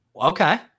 Okay